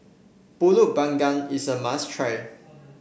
pulut Panggang is a must try